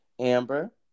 Amber